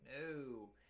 no